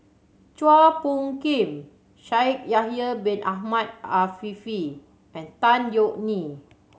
Chua Phung Kim Shaikh Yahya Bin Ahmed Afifi and Tan Yeok Nee